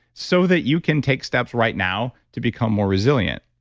so that you can take steps right now to become more resilient.